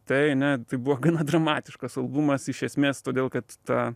tai ne tai buvo gana dramatiškas albumas iš esmės todėl kad ta